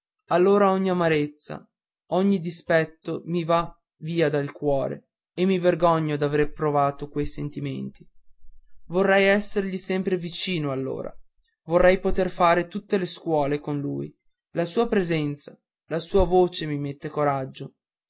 allora ogni amarezza ogni dispetto mi va via dal cuore e mi vergogno d'aver provato quei sentimenti vorrei essergli sempre vicino allora vorrei poter fare tutte le scuole con lui la sua presenza la sua voce mi mette coraggio